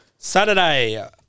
Saturday